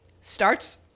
starts